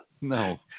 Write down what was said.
No